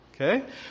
okay